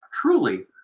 truly